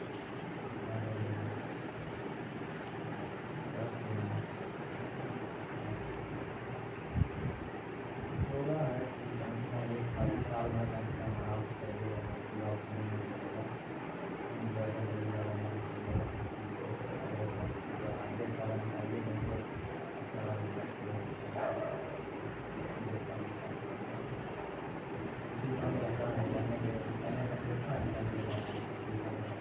कारखाना में पशुक लेल चारा निर्माण कयल गेल